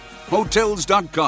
Hotels.com